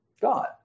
God